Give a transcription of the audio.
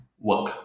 work